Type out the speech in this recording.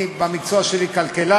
הם כבר שם.